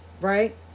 right